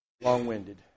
long-winded